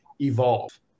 evolve